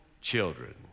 children